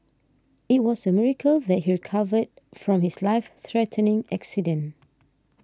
it was a miracle that he recovered from his life threatening accident